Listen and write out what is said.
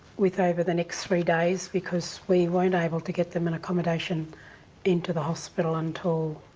with over the next three days because we weren't able to get them an accommodation into the hospital until